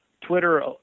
Twitter